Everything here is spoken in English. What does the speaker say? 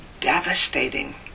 devastating